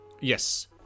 yes